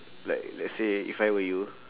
like let's say if I were you